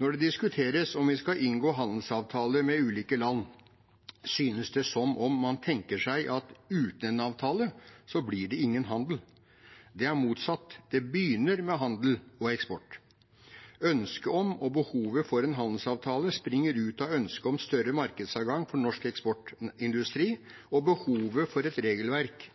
Når det diskuteres om vi skal inngå handelsavtale med ulike land, synes det som om man tenker seg at uten en avtale blir det ingen handel. Det er motsatt. Det begynner med handel og eksport. Ønsket om og behovet for en handelsavtale springer ut av ønsket om større markedsadgang for norsk eksportindustri og behovet for et regelverk